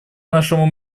нашему